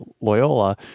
Loyola